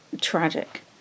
tragic